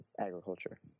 agriculture